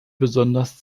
besonders